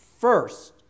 first